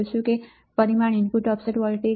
input offset voltage Vio Rs≤ 50Ω mv Rs ≤ 10kΩ 7